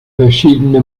verschiedene